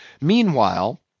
Meanwhile—